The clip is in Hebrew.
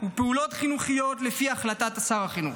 ולפעולות חינוכיות, לפי החלטת שר החינוך.